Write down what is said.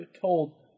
told